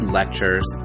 lectures